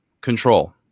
control